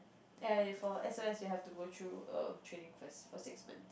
err for S_O_S you have to go through a training first for six months